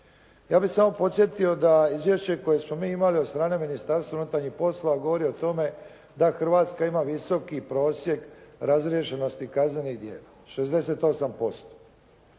Ja bih samo podsjetio da izvješće koje smo mi imali o strane Ministarstva unutarnjih poslova govori o tome da Hrvatska ima visoki prosjek razriješenosti kaznenih djela, 68%.